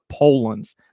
Polands